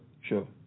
sure